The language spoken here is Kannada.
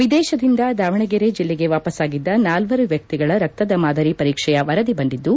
ವಿದೇಶದಿಂದ ದಾವಣಗೆರೆ ಜಿಲ್ಲೆಗೆ ವಾಪಸ್ಲಾಗಿದ್ದ ನಾಲ್ವರು ವ್ಯಕ್ತಿಗಳ ರಕ್ತದ ಮಾದರಿ ಪರೀಕ್ಷೆಯ ವರದಿ ಬಂದಿದ್ದು